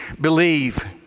believe